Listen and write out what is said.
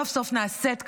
סוף-סוף נעשית כתבה,